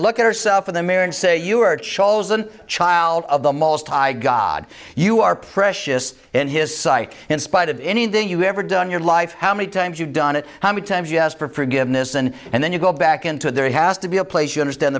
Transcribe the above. look at yourself in the mirror and say you are chosen child of the most high god you are precious in his sight in spite of anything you've ever done your life how many times you've done it how many times you asked for forgiveness and and then you go back into there has to be a place you understand